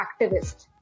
activists